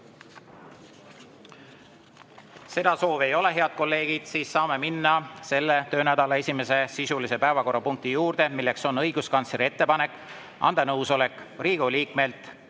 Seda soovi ei ole. Head kolleegid, nüüd saame minna selle töönädala esimese sisulise päevakorrapunkti juurde. See on õiguskantsleri ettepanek anda nõusolek Riigikogu liikmelt